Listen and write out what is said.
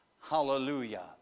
Hallelujah